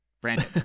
Brandon